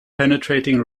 penetrating